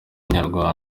inyarwanda